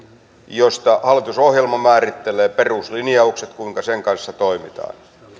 josta hallitusohjelma määrittelee peruslinjaukset kuinka sen kanssa toimitaan